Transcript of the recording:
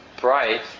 bright